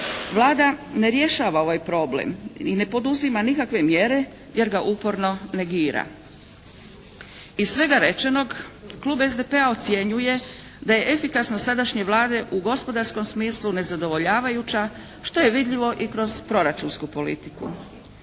Vlada ne rješava ovaj problem i ne poduzima nikakve mjere jer ga uporno negira. Iz svega rečenog Klub SDP-a ocjenjuje da je efikasnost sadašnje Vlade u gospodarskom smislu nezadovoljavajuća što je vidljivo i kroz proračunsku politiku.